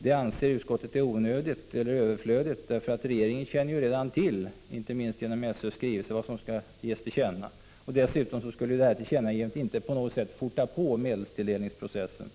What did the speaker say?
Det anser utskottet vara överflödigt, eftersom regeringen redan känner till — inte minst genom SÖ:s skrivelse — vad som finns att ge till känna. Dessutom kan inte ett sådant tillkännagivande på något sätt snabba på medelstilldelningsprocessen.